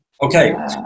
Okay